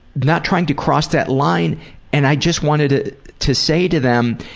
not trying to cross that line and i just wanted to to say to them,